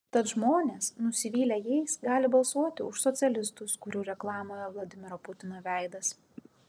tad žmonės nusivylę jais gali balsuoti už socialistus kurių reklamoje vladimiro putino veidas